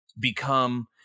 become